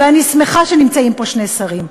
ואני שמחה שנמצאים פה שני שרים,